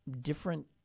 different